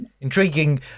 intriguing